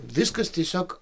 viskas tiesiog